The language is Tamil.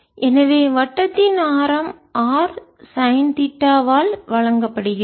எனவே வட்டத்தின் ஆரம் r சைன் தீட்டா வால் வழங்கப்படுகிறது